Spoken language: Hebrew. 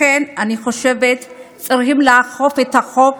לכן, אני חושבת שצריכים לאכוף את החוק